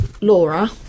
Laura